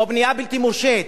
או בנייה בלתי מורשית,